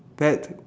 pet